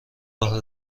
راه